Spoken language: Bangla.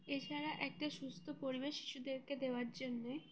এছাড়া একটা সুস্থ পরিবেশ শিশুদেরকে দেওয়ার জন্যে